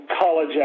college